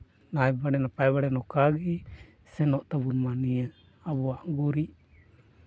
ᱱᱟᱭ ᱵᱟᱲᱮ ᱱᱟᱯᱟᱭ ᱵᱟᱲᱮ ᱱᱚᱝᱠᱟᱜᱮ ᱥᱮᱱᱚᱜ ᱛᱟᱵᱚᱱ ᱢᱟ ᱱᱤᱭᱟᱹ ᱟᱵᱚᱣᱟᱜ ᱜᱩᱨᱤᱡ